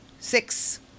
Six